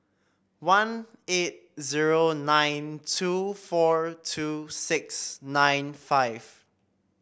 one eight zero nine two four two six nine five